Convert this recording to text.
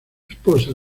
esposa